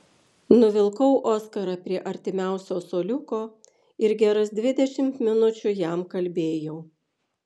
nuvilkau oskarą prie artimiausio suoliuko ir geras dvidešimt minučių jam kalbėjau